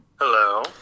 Hello